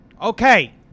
Okay